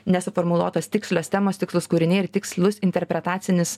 nesuformuluotos tikslios temos tikslūs kūriniai ir tikslus interpretacinis